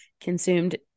consumed